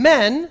Men